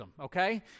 okay